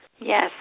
Yes